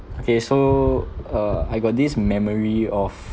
okay so uh I got this memory of